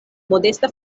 modesta